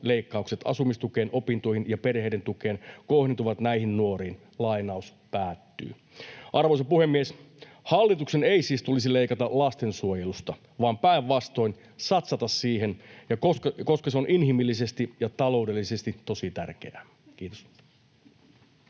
leikkaukset asumistukeen, opintoihin ja perheiden tukeen kohdentuvat näihin nuoriin.’” Arvoisa puhemies! Hallituksen ei siis tulisi leikata lastensuojelusta vaan päinvastoin satsata siihen, koska se on inhimillisesti ja taloudellisesti tosi tärkeää. — Kiitos.